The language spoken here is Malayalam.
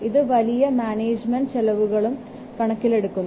ഇത് വലിയ മാനേജ്മെന്റ് ചെലവുകളും കണക്കിലെടുക്കുന്നു